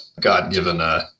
God-given